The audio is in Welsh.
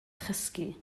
chysgu